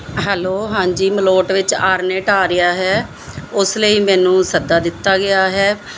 hello ਹਾਂਜੀ ਮਲੋਟ ਵਿੱਚ ਆਰਨੇਟ ਆ ਰਿਹਾ ਹੈ ਉਸ ਲਈ ਮੈਨੂੰ ਸੱਦਾ ਦਿੱਤਾ ਗਿਆ ਹੈ